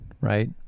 right